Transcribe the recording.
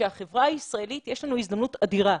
שלחברה הישראלית יש הזדמנות אדירה